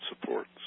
supports